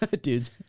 Dudes